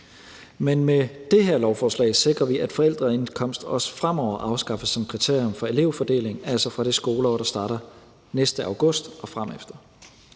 Men med det her lovforslag sikrer vi, at forældreindkomst også fremover afskaffes som kriterium for elevfordeling, altså fra det skoleår, der starter næste august, og fremefter.